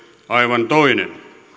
aivan toinen